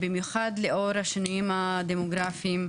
במיוחד לאור השינויים הדמוגרפיים,